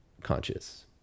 conscious